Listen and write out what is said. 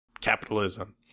Capitalism